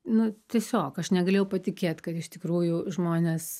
nu tiesiog aš negalėjau patikėt kad iš tikrųjų žmones